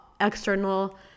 external